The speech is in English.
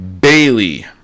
Bailey